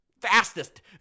fastest